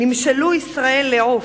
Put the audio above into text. נמשלו ישראל לעוף.